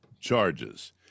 charges